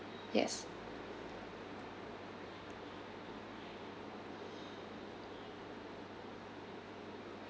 yes